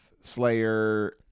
slayer